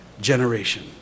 generation